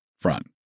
front